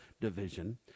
division